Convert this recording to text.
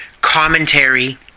commentary